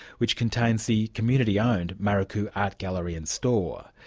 which contains the community-owned maruku art gallery and store.